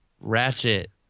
ratchet